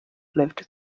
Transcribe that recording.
lived